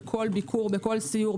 בכל סיור,